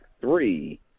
three